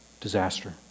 Disaster